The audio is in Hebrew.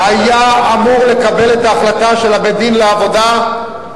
אני מתבייש עכשיו בדבר הזה.